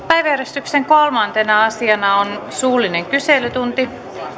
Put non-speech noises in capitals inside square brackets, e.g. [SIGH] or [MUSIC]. [UNINTELLIGIBLE] päiväjärjestyksen kolmantena asiana on suullinen kyselytunti